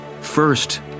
First